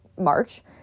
March